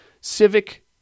Civic